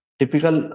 typical